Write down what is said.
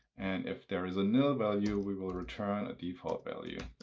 and if there is a null value, we will return a default value